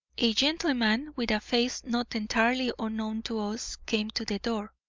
a gentleman with a face not entirely unknown to us came to the door.